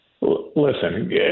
Listen